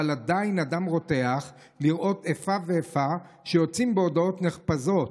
אבל עדיין הדם רותח לראות איפה ואיפה כשיוצאים בהודעות נחפזות,